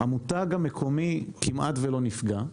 המותג המקומי כמעט שלא נפגע,